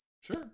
Sure